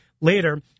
later